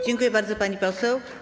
Dziękuję bardzo, pani poseł.